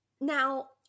now